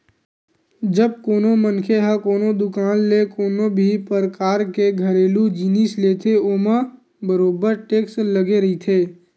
जब कोनो मनखे ह कोनो दुकान ले कोनो भी परकार के घरेलू जिनिस लेथे ओमा बरोबर टेक्स लगे रहिथे